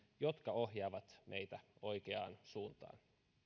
jotka ohjaavat meitä oikeaan suuntaan